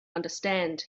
understand